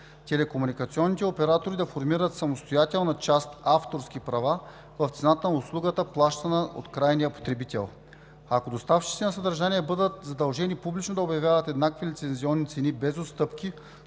телекомуникационните оператори да формират самостоятелна част авторски права в цената на услугата, плащана от крайния потребител. Ако доставчиците на съдържание бъдат задължени публично да обявяват еднакви лицензионни цени без отстъпки,